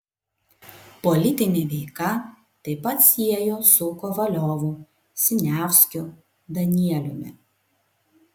politinė veika taip pat siejo su kovaliovu siniavskiu danieliumi